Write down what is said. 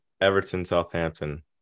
Everton-Southampton